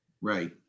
Right